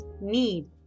need